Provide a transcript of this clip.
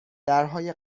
درهای